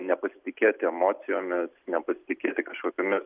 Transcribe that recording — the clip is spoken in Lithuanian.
nepasitikėti emocijomis nepasitikėti kažkokiomis